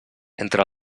entre